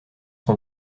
sont